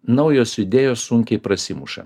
naujos idėjos sunkiai prasimuša